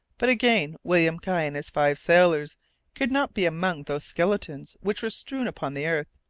but, again, william guy and his five sailors could not be among those skeletons which were strewn upon the earth,